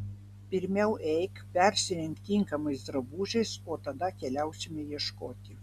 pirmiau eik persirenk tinkamais drabužiais o tada keliausime ieškoti